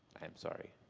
i am sorry.